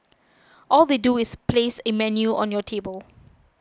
all they do is place a menu on your table